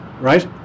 right